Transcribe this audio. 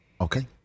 Okay